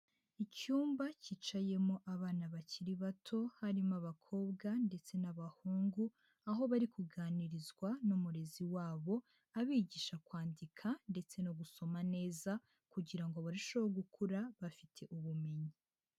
Icyumba kicayemo abana bakiri bato, harimo abakobwa ndetse n'abahungu, aho bari kuganirizwa n'umurezi wabo, abigisha kwandika ndetse no gusoma neza, kugira ngo barusheho gukura bafite ubumenyi.